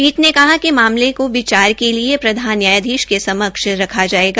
पीठ ने कहा कि मामले को विचार के लिए प्रधान न्यायाधीश के समक्ष रखा जायेगा